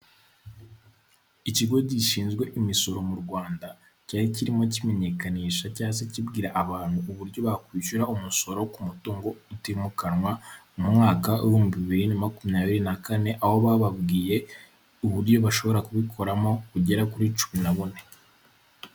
Ikigo gishinzwe imisoro mu Rwanda cyari kirimo kimenyekanisha cyangwa se kibwira abantu uburyo bakwishyura umusoro ku mutungo utimukanwa mu mwaka w'ibihumbi bibiri na makumyabiri na kane aho bababwiye uburyo bashobora kubikoramo bugera kuri cumi na bune.